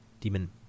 demon